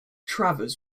travers